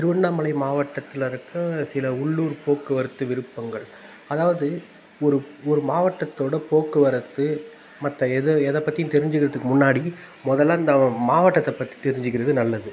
திருவண்ணாமலை மாவட்டத்தில் இருக்க சில உள்ளூர் போக்குவரத்து விருப்பங்கள் அதாவது ஒரு ஒரு மாவட்டதோடய போக்குவரத்து மற்ற எதை எதைப்பத்தியும் தெரிஞ்சிக்கிறதுக்கு முன்னாடி முதல அந்த மாவட்டத்தப்பற்றி தெரிஞ்சிக்கிறது நல்லது